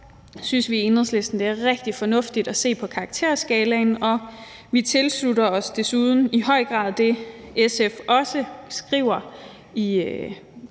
synes vi i Enhedslisten, det er rigtig fornuftigt at se på karakterskalaen, og vi tilslutter os desuden i høj grad det, som SF også skriver i